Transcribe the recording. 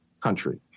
country